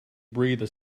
breathed